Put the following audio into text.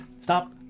Stop